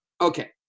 Okay